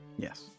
Yes